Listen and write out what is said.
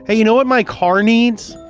ah you know what my car needs?